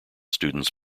students